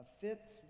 fits